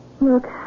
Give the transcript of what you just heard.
Look